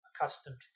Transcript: accustomed